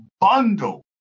bundle